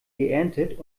geerntet